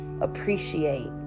appreciate